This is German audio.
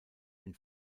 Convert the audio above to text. den